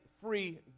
free